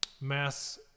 mass